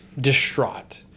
distraught